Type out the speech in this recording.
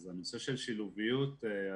אז הנושא של שילוביות עצמה,